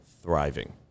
thriving